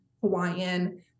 Hawaiian